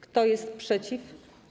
Kto jest przeciw?